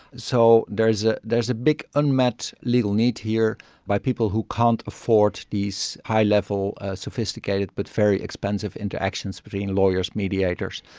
so there is ah there is a big unmet legal need here by people who can't afford these high level sophisticated but very expensive interactions between lawyers, mediators,